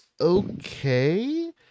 okay